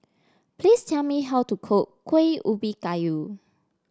please tell me how to cook Kuih Ubi Kayu